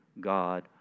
God